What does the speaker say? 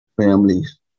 Families